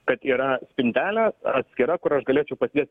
kad yra spintelė atskira kur aš galėčiau padėt